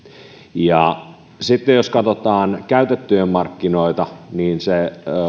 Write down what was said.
ja sitten jos katsotaan käytettyjen markkinoita niin se